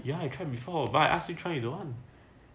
ya I tried before but I ask you try you don't want